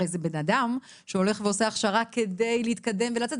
הרי זה בן אדם שהולך ועושה הכשרה כדי להתקדם ולצאת.